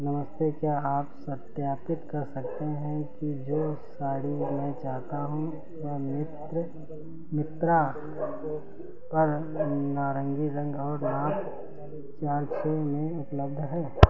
नमस्ते क्या आप सत्यापित कर सकते हैं कि जो साड़ी मैं चाहता हूँ वह मित्र मित्रा पर नारंगी रंग और नाप चार छः में उपलब्ध है